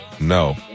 No